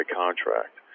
contract